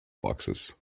boxes